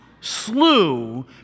slew